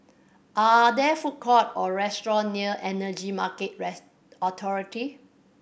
are there food court or restaurant near Energy Market Authority